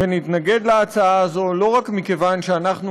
ונתנגד להצעה הזאת לא רק מכיוון שאנחנו